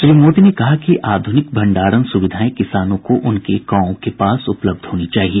श्री मोदी ने कहा कि आधुनिक भंडारण सुविधाएं किसानों को उनके गांवों के पास उपलब्ध होनी चाहिए